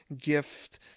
gift